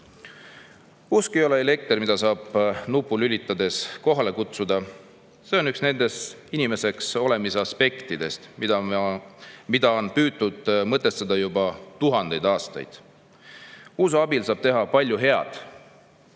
ei ole elekter, mida saab nupust lülitades kohale kutsuda. See on üks nendest inimeseks olemise aspektidest, mida on püütud mõtestada juba tuhandeid aastaid. Usu abil saab teha palju head,